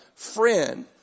Friend